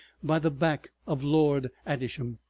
by the back of lord adisham.